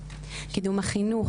קידום החינוך,